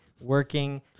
working